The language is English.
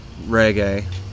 reggae